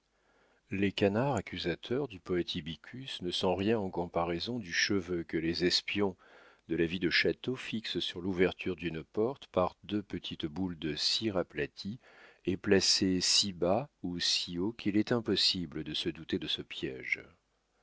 les canards accusateurs du poète ibicus ne sont rien en comparaison du cheveu que les espions de la vie de château fixent sur l'ouverture d'une porte par deux petites boules de cire aplaties et placées si bas ou si haut qu'il est impossible de se douter de ce piége